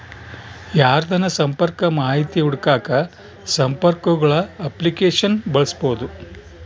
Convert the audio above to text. ಯಾರ್ದನ ಸಂಪರ್ಕ ಮಾಹಿತಿ ಹುಡುಕಾಕ ಸಂಪರ್ಕಗುಳ ಅಪ್ಲಿಕೇಶನ್ನ ಬಳಸ್ಬೋದು